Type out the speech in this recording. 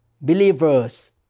believers